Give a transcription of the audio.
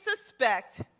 suspect